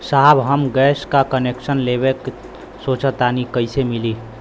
साहब हम गैस का कनेक्सन लेवल सोंचतानी कइसे मिली?